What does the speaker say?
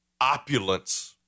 opulence